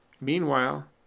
Meanwhile